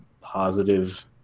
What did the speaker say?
positive